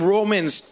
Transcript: Romans